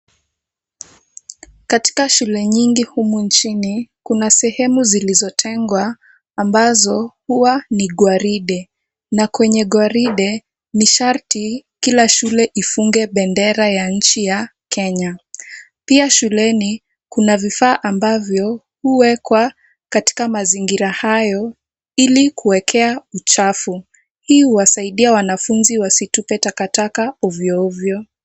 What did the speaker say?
Katika shule nyingi humu nchini, kuna sehemu zilizotengwa ambazo huwa ni gwaride, na kwenye gwaride ni sharti kila shule ifunge bendera ya nchi ya Kenya. Pia shuleni kuna vifaa ambavyo huwekwa katika mazingira hayo ili kuwekea uchafu, hii huwasaidia wanafunzi wasitupe takataka ovyoovyo.